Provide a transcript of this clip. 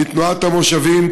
מתנועת המושבים,